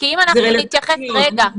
רגע,